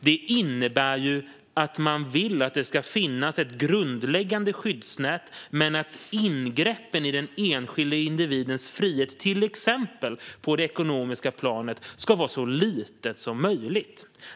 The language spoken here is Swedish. Det innebär att man vill att det ska finnas ett grundläggande skyddsnät men att ingreppet i den enskilde individens frihet, till exempel på det ekonomiska planet, ska vara så litet som möjligt.